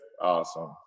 awesome